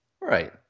Right